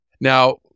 Now